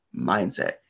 mindset